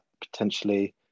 potentially